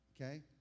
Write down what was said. Okay